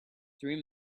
three